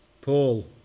Paul